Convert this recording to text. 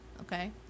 Okay